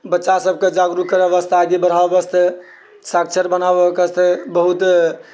बच्चासभकेँ जागरूक करय वास्ते आगे बढ़ाबय वास्ते साक्षर बनाबयके वास्ते बहुते